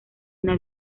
una